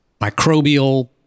Microbial